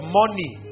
money